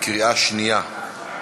בקריאה שנייה.